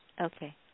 Okay